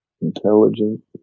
intelligent